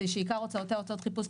שעיקר הוצאותיה הוצאות חיפוש,